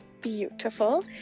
Beautiful